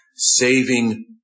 saving